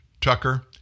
Tucker